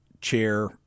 chair